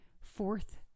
fourth